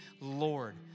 Lord